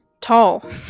Tall